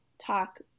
talk